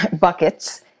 buckets